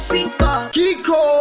Kiko